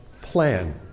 plan